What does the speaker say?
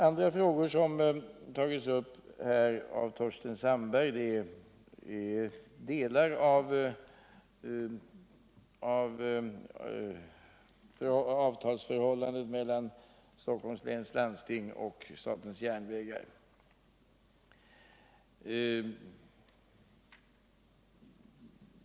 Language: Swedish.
Andra frågor som tagits upp av Torsten Sandberg är delar av avtalsförhållandet mellan Stockholms läns landsting och statens järnvägar.